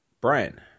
Brian